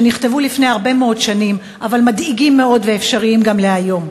שנכתבו לפני הרבה מאוד שנים אבל הם מדאיגים מאוד ואפשריים גם היום: